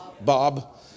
Bob